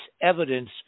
evidence